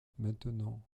maintenant